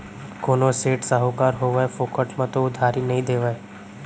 कोनो सेठ, साहूकार होवय फोकट म तो उधारी नइ देवय